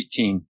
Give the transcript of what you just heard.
18